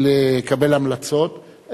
לקבל המלצות,